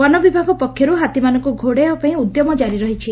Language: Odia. ବନ ବିଭାଗ ପକ୍ଷରୁ ହାତୀମାନଙ୍କୁ ଘଉଡ଼ାଇବା ପାଇଁ ଉଦ୍ୟମ ଜାରି ରହିଛି